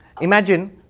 Imagine